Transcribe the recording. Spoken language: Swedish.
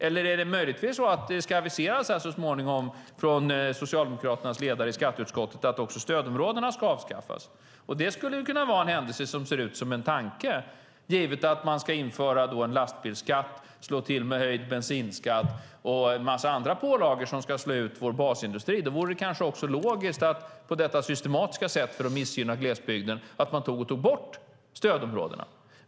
Eller är det möjligtvis så att det ska aviseras här så småningom från Socialdemokraternas ledare i skatteutskottet att också stödområdena ska avskaffas? Det skulle kunna vara en händelse som ser ut som en tanke, givet att man ska införa en lastbilsskatt, slå till med höjd bensinskatt och en massa andra pålagor som ska slå ut vår basindustri. Det vore kanske också logiskt att på detta systematiska sätt, för att missgynna glesbygden, ta bort stödområdena.